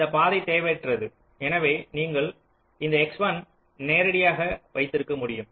இந்தப் பாதை தேவையற்றது எனவே நீங்கள் இந்த X1 நேரடியாக வைத்திருக்க முடியும்